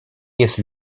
jest